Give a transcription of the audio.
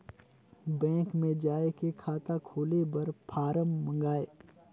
Bank मे जाय के खाता खोले बर फारम मंगाय?